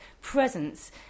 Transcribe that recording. presence